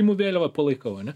imu vėliavą palaikau ane